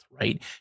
right